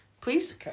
Please